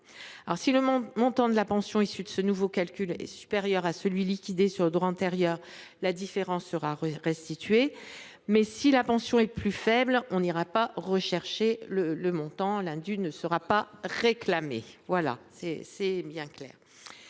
Si le montant de la pension issue de ce nouveau calcul est supérieur à celui de la pension liquidée selon le droit antérieur, la différence sera restituée. Mais si la pension est plus faible, on ne recherchera pas le montant et l’indu ne sera pas réclamé. C’est bien clair.